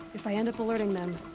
if i end up alerting them.